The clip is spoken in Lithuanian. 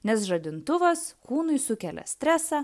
nes žadintuvas kūnui sukelia stresą